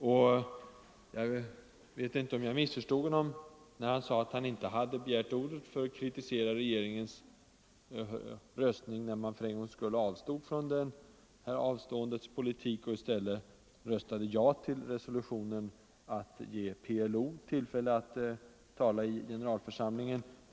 Jag kanske missförstod honom, men jag fick intrycket att han sade att han inte hade begärt ordet för att kritisera regeringens röstning, när den stödde resolutionen att ge PLO tillfälle att tala i generalförsamlingen.